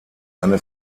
eine